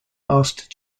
asked